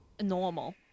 normal